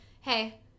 hey